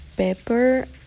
Pepper